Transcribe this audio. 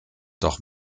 doch